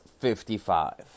55